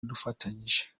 dufatanyije